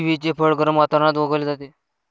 किवीचे फळ गरम वातावरणात उगवले जाते